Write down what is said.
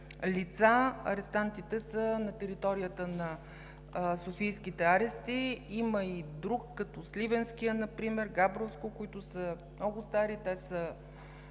лица – арестантите, са на територията на софийските арести. Има и друг, като Сливенския например, и като Габровския, които са много стари – те са